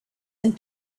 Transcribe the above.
and